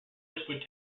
liquid